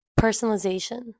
personalization